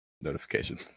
notification